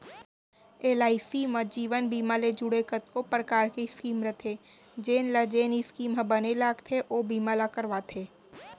LIC म जीवन बीमा ले जुड़े कतको परकार के स्कीम रथे जेन ल जेन स्कीम ह बने लागथे ओ बीमा ल करवाथे